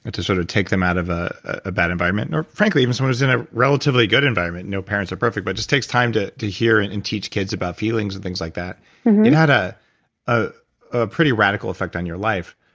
ah to sort of take them out of ah a bad environment or frankly, even someone who's in a relatively good environment. no parents are perfect, but just takes time to to hear and and teach kids about feelings and things like that. it had ah ah a pretty radical effect on your life.